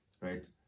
right